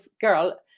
girl